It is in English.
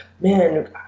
man